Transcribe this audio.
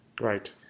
Right